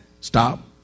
Stop